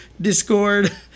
Discord